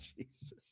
jesus